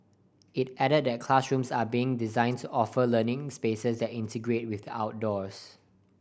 it added that classrooms are being designed to offer learning spaces that integrate with the outdoors